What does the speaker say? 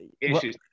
issues